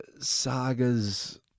Sagas